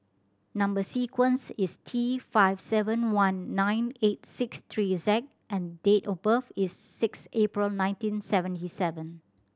number sequence is T five seven one nine eight six three Z and date of birth is six April nineteen seventy seven